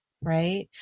Right